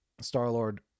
Star-Lord